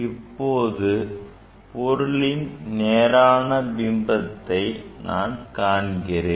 இப்போது பொருளின் நேரான பிம்பத்தை நான் காண்கிறேன்